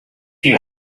you